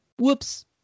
whoops